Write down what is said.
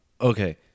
Okay